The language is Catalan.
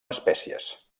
espècies